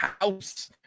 house